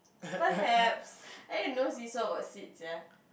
perhaps I didn't know seesaw got seats sia